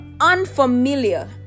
unfamiliar